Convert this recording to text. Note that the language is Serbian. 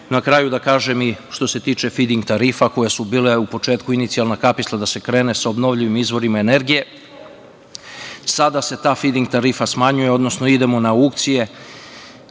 na kraju da kažem, što se tiče fid-in tarifa koje su bile u početku inicijalna kapisla da se krene sa obnovljivim izvorima energije, sada se ta fid-in tarifa smanjuje, odnosno idemo na aukcije,